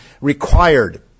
required